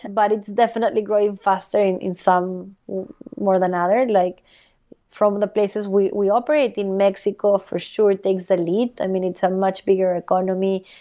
and but it's definitely growing faster in in some more than other, like from the places we we operate. in mexico, for sure, takes a lead. um it's a much bigger economy.